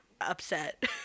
upset